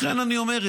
לכן אני אומר,